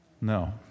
No